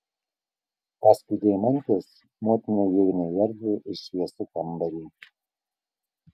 paskui deimantės motiną įeina į erdvų ir šviesų kambarį